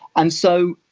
and so,